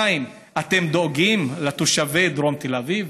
אתם דואגים לתושבי דרום תל אביב?